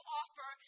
offer